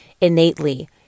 innately